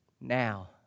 Now